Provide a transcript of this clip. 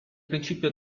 principio